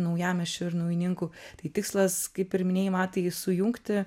naujamiesčio ir naujininkų tai tikslas kaip ir minėjai matai jį sujungti